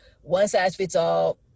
one-size-fits-all